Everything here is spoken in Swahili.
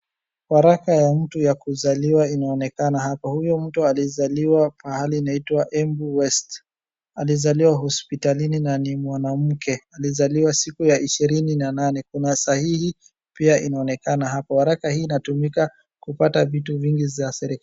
Waraka ya mtu ya kuzaliwa inaonekana hapa. Huyo mtu alizaliwa pahali inaitwa Embu West. Alizaliwa hospitalini na ni mwanamke. Alizaliwa siku ya ishirini na nane. Kuna sahihi pia inaonekana hapo. Waraka hii inatumika kupata vitu vingi za serikali.